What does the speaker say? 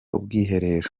ubwiherero